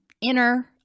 inner